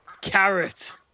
carrot